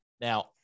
Now